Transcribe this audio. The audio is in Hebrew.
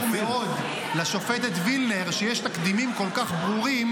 מאוד לשופטת וילנר שיש תקדימים כל כך ברורים,